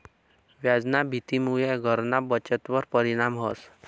व्याजना भीतीमुये घरना बचतवर परिणाम व्हस